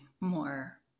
more